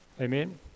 Amen